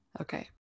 okay